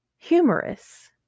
Humorous